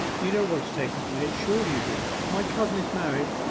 you know what has taken place? surely you do my cousin is married,